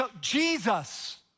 Jesus